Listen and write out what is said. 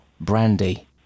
Brandy